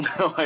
no